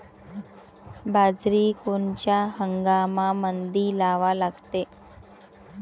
बाजरी कोनच्या हंगामामंदी लावा लागते?